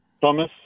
Thomas